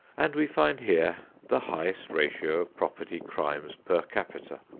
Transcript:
and we find here the highest ratio of property crimes per capita.